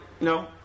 No